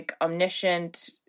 omniscient